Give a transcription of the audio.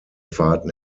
fahrten